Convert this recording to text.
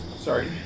Sorry